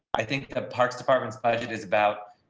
i think the parks department's budget is about.